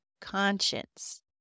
conscience